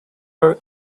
are